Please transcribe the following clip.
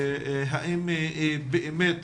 האם באמת